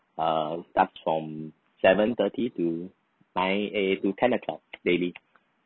uh start from seven thirty to nine A to ten o'clock daily